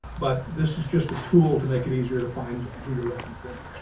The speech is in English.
but this is just a tool to make it easier to find who you're looking for.